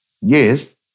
Yes